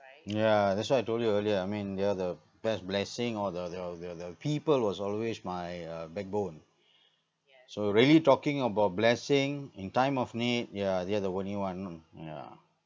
ya that's why I told you earlier I mean they're the best blessing or the the the the people was always my uh backbone so really talking about blessing in time of need ya they are the only one mm yeah